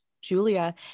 Julia